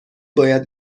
باید